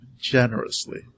generously